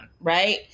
right